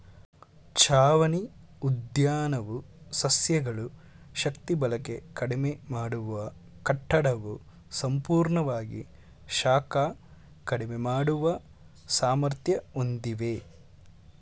ಛಾವಣಿ ಉದ್ಯಾನವು ಸಸ್ಯಗಳು ಶಕ್ತಿಬಳಕೆ ಕಡಿಮೆ ಮಾಡುವ ಕಟ್ಟಡವು ಸಂಪೂರ್ಣವಾಗಿ ಶಾಖ ಕಡಿಮೆ ಮಾಡುವ ಸಾಮರ್ಥ್ಯ ಹೊಂದಿವೆ